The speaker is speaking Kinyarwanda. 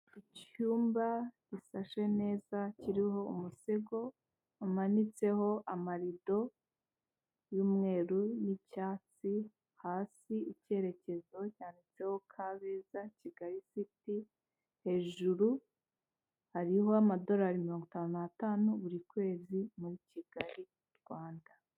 Icyumba, gisashe neza kiriho umusego, hamanitseho amarido y'umweru n'icyatsi, hasi icyerekezo cyanditseho Kabeza Kigali siti, hejuru hariho amadorari mirongo itanu n'atanu, buri kwezi muri Kigali Rwanda.